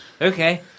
Okay